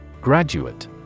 Graduate